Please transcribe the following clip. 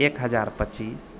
एक हजार पच्चीस